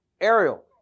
Ariel